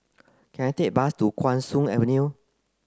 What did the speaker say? can I take bus to Guan Soon Avenue